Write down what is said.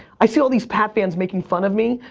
i see all these pat fans making fun of me,